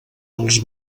els